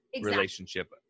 relationship